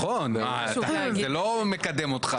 זה לא מקדם אותך.